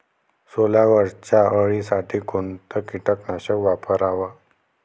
सोल्यावरच्या अळीसाठी कोनतं कीटकनाशक वापराव?